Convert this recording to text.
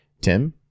Tim